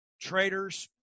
Traders